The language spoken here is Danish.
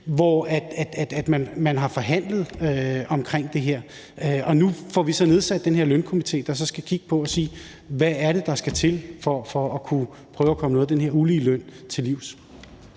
hvor man har forhandlet om det, og nu får vi så nedsat den her lønstrukturkomité, der så skal kigge på det og sige, hvad det er, der skal til, for at kunne prøve at komme noget af den her uligeløn til livs.